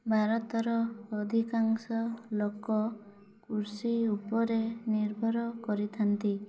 ଭାରତର ଅଧିକାଂଶ ଲୋକ କୃଷି ଉପରେ ନିର୍ଭର କରିଥାନ୍ତି